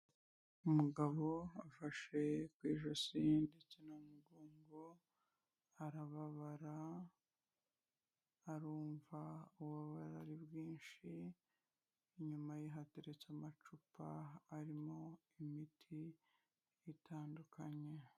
Umugabo afashe ku ijosi ndetse no mu mugongo arababara, arumva ububabare bwinshi, inyuma ye hateretse amacupa arimo imiti itandukanye.